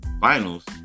finals